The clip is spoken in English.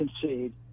concede